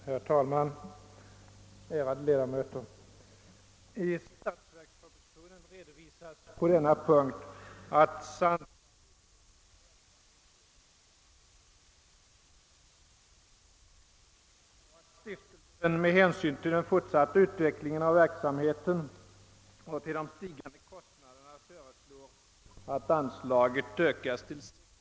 Herr talman! I statsverkspropositio nen redovisas att S:t Lukassiiftelsen nu har ett anslag på 30 000 kronor och att stiftelsen — med hänsyn till den fortsatta utvecklingen av verksamheten och till de stigande kostnaderna föreslår att anslaget ökas till 60 000 kronor.